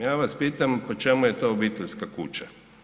Ja vas pitam po čemu je to obiteljska kuća?